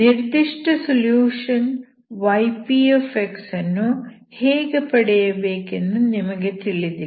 ನಿರ್ದಿಷ್ಟ solution yp ಅನ್ನು ಹೇಗೆ ಪಡೆಯಬೇಕೆಂದು ನಿಮಗೆ ತಿಳಿದಿಲ್ಲ